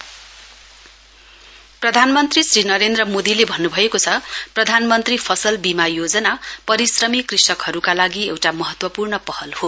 PM फसल बीमा योजना प्रधानमन्त्री श्री नरेन्द्र मोदीले भन्नुभएको छ प्रधानमन्त्री फसल बीमा योजना परिश्रमी कृषकहरूका लागि एउटा महत्वपूर्ण पहल हो